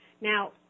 now